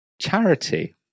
charity